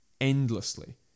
endlessly